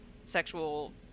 sexual